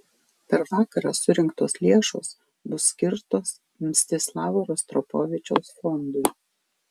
per vakarą surinktos lėšos bus skirtos mstislavo rostropovičiaus fondui